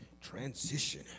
transition